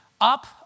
up